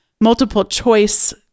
multiple-choice